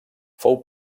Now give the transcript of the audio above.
fou